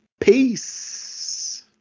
Peace